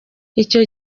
icyo